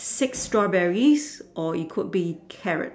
six strawberries or it could be carrot